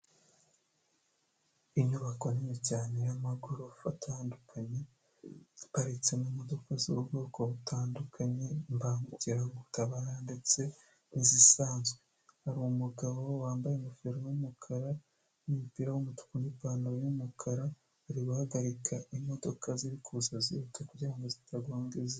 Inyubako nini cyane y'amagorofa atandukanye haparitse mu modoka z’ubwoko butandukanye imbangukiragutabara ndetse n'izisanzwe hari umugabo wambaye ingofero y’umukara n’umupira w’umutuku n’ipantaro y'umukara ari guhagarika imodoka ziri kuza zihuta kugirango zitagonga izindi.